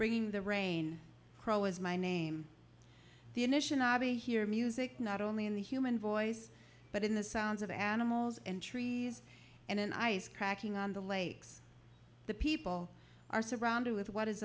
bringing the rain crow is my name the initial abbey hear music not only in the human voice but in the sounds of animals and trees and an ice cracking on the lakes the people are surrounded with what is